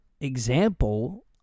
example